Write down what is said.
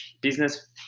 business